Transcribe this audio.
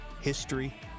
history